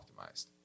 optimized